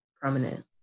prominent